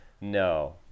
No